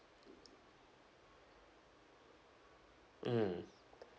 mm